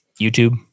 youtube